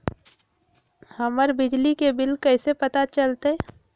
हमर बिजली के बिल कैसे पता चलतै?